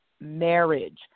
marriage